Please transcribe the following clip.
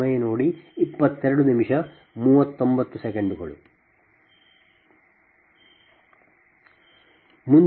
ಮುಂದಿನದು ನಿಮ್ಮ ಶಕ್ತಿಯ ಅಸ್ಥಿರತೆ